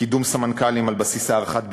קידום סמנכ"לים על בסיס הערכת ביצועים,